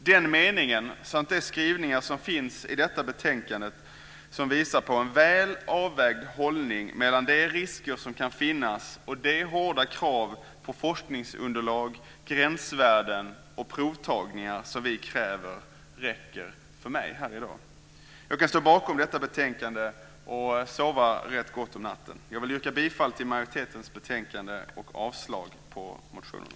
Den meningen samt de skrivningar som finns i detta betänkande som visar på en väl avvägd hållning mellan de risker som kan finnas och de hårda krav på forskningsunderlag, gränsvärden och provtagningar som vi ställer räcker för mig här i dag. Jag kan stå bakom detta betänkande och sova rätt gott om natten. Jag yrkar bifall till majoritetens förslag och avslag på motionerna.